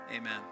Amen